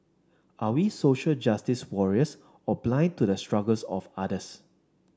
are we social justice warriors or blind to the struggles of others